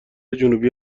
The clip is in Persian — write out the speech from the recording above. جنوبی